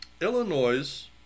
Illinois